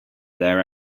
their